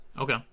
Okay